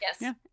Yes